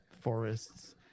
forests